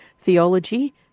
theology